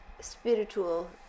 spiritual